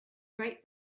great